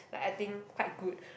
like I think quite good